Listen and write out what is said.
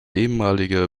ehemalige